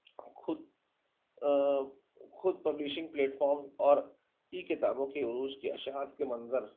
خود خود publishing platform اور ای کتابوں کی عروج کے اشاعت کے منظر